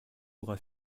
aura